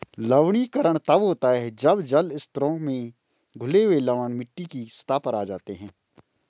लवणीकरण तब होता है जब जल स्तरों में घुले हुए लवण मिट्टी की सतह पर आ जाते है